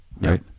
right